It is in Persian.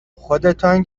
خودتان